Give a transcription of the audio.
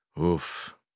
Oof